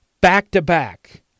back-to-back